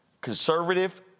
conservative